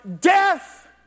death